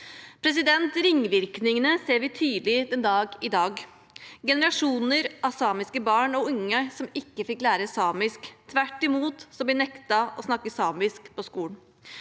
tid.» Ringvirkningene ser vi tydelig den dag i dag – generasjoner av samiske barn og unge som ikke fikk lære samisk, som tvert imot ble nektet å snakke samisk på skolen.